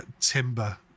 timber